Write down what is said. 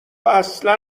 اصلا